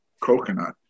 coconut